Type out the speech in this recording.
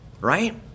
right